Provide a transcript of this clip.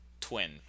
Twin